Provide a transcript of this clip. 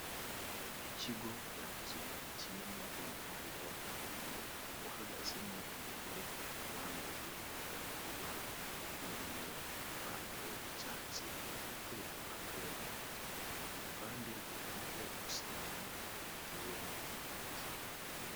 Ikigo nderabuzima kirimo umuhanda wa kaburimbo, uhagazemo umugore wambaye itaburiya y'umweru, ipantaro y'icyatsi, ufite impapuro mu ntoki, ku ruhande rwe, hariho ubusitani buteyemo ibiti.